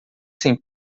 sem